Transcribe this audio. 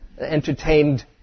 entertained